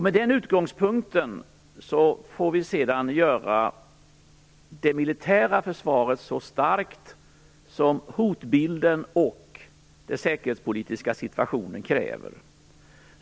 Med den utgångspunkten får vi sedan göra det militära försvaret så starkt som hotbilden och den säkerhetspolitiska situationen kräver.